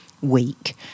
week